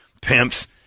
pimps